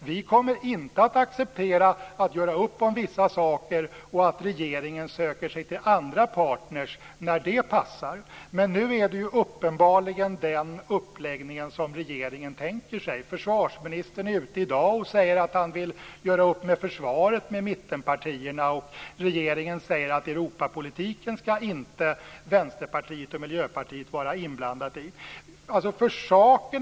De kommer inte att acceptera att göra upp om vissa saker och att regeringen söker sig till andra partner när det passar. Men nu är det uppenbarligen den uppläggningen som regeringen tänker sig. Försvarsministern sade i dag att han vill göra upp med mittenpartierna om försvaret. Regeringen säger att Vänsterpartiet och Miljöpartiet inte skall vara inblandade i Europapolitiken.